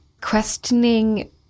questioning